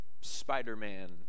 Spider-Man